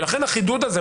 לכן החידוד הזה,